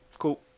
Cool